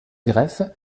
greff